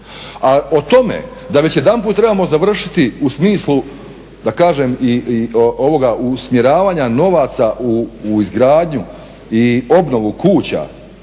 A o tome da već jedanput trebamo završiti u smislu da kažem i ovoga usmjeravanja novaca u izgradnju i obnovu kuća,